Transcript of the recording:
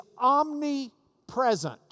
omnipresent